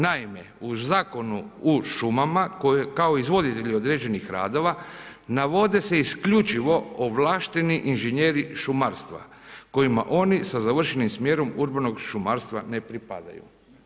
Naime, o Zakonu o šumama, kao izvoditelji određenih radova navode se isključivo ovlašteni inženjeri šumarstva kojima oni sa završenim smjerom urbanog šumarstva ne pripadaju.